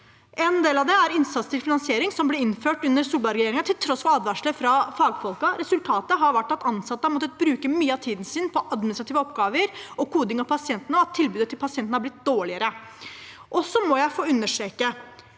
En del av det er innsatsstyrt finansiering, som ble innført under Solberg-regjeringen, til tross for advarsler fra fagfolkene. Resultatet har vært at ansatte har måttet bruke mye av tiden sin på administrative oppgaver og koding av pasientene, og at tilbudet til pasientene har blitt dårligere. Jeg må få understreke